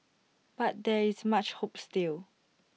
but there is much hope still